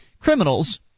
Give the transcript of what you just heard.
Criminals